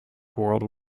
world